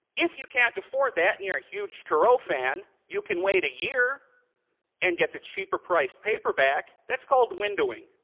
if you can't afford that and you're a huge turow fan you can wait a year and get the cheaper priced paperback. that's called windowing.